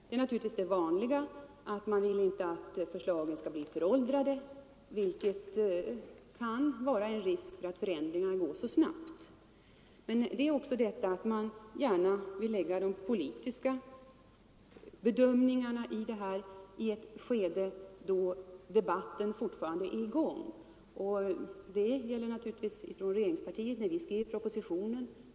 Det vanliga är naturligtvis att man inte vill att förslagen skall bli föråldrade, vilket det kan vara risk för eftersom förändringar inträffar så snabbt. Man vill också gärna göra de politiska bedömningarna i ett skede då debatten fortfarande är i gång. Detta gäller naturligtvis för regeringspartiet när vi skriver proposition.